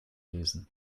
lesen